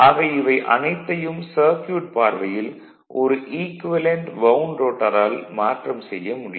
ஆக இவை அனைத்தையும் சர்க்யூட் பார்வையில் ஒரு ஈக்குவேலன்ட் வவுண்டு ரோட்டாரால் மாற்றம் செய்ய முடியும்